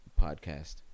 podcast